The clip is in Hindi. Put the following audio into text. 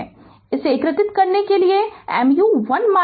इसे एकीकृत करने के लिए mu 1 e 3000 t volt होगा यह उत्तर है